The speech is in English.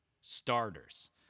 starters